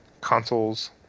consoles